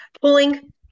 pulling